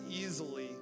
easily